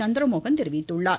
சந்திரமோகன் தெரிவித்துள்ளார்